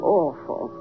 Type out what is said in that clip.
awful